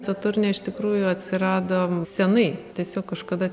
saturnė iš tikrųjų atsirado senai tiesiog kažkada